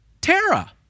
Tara